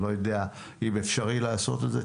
אני לא יודע אם אפשרי לעשות את זה,